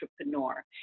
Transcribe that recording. entrepreneur